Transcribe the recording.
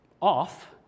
off